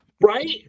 Right